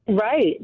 Right